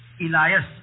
Elias